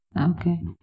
Okay